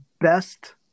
best